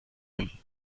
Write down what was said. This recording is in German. hin